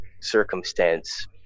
circumstance